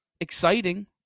Exciting